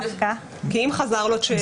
אם חזר לו צ'ק?